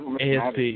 ASP